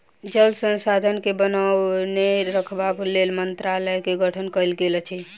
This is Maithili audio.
जल संसाधन के बनौने रखबाक लेल मंत्रालयक गठन कयल गेल अछि